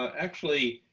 actually,